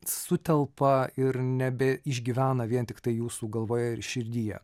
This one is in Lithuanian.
sutelpa ir nebeišgyvena vien tiktai jūsų galvoje ir širdyje